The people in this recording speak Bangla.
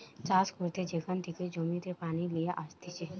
চাষ করতে যেখান থেকে জমিতে পানি লিয়ে আসতিছে